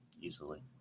Easily